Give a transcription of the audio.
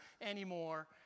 anymore